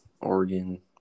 Oregon